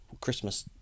Christmas